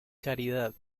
caridad